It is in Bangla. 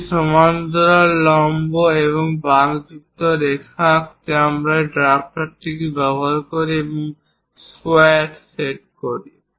একটি সমান্তরাল লম্ব এবং বাঁকযুক্ত রেখা আঁকতে আমরা এই ড্রাফটারগুলি ব্যবহার করি এবং স্কোয়ার সেট করি